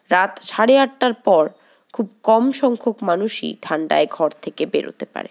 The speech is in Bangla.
রাত সাড়ে আটটার পর খুব কম সংখ্যক মানুষই ঠান্ডায় ঘর থেকে বেরোতে পারে